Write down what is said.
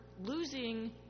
losing